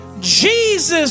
Jesus